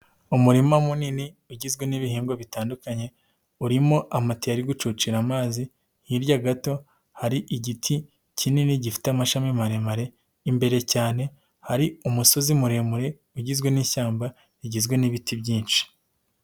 Umurima munini ugizwe n'ibihingwa bitandukanye. Urimo amatiyo ari gucucira amazi. Hirya gato hari igiti kinini gifite amashami maremare. Imbere cyane hari umusozi muremure ugizwe n'ishyamba rigizwe n'ibiti byinshi.